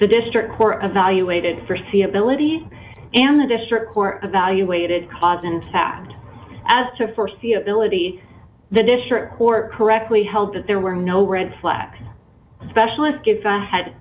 the district court of valuated forsee ability in the district court evaluated cause in fact as to foreseeability the district or correctly held that there were no red flags specialist gives i had